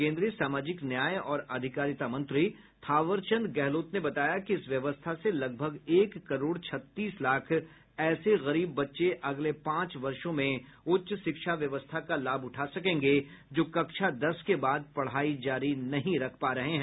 केन्द्रीय सामाजिक न्याय और अधिकारिता मंत्री थावरचंद गहलोत ने बताया कि इस व्यवस्था से लगभग एक करोड छत्तीस लाख ऐसे गरीब बच्चे अगले पांच वर्षों में उच्च शिक्षा व्यवस्था का लाभ उठा सकेंगे जो कक्षा दस के बाद पढाई जारी नहीं रख पा रहे हैं